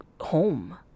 home